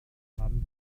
haben